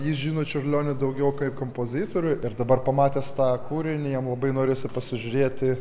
jis žino čiurlionį daugiau kaip kompozitorių ir dabar pamatęs tą kūrinį jam labai norisi pasižiūrėti